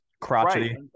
crotchety